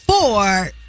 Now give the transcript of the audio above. four